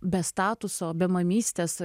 be statuso be mamystės